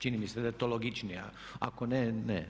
Čini mi se da je to logičnija, ako ne, ne.